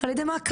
על ידי מעקב.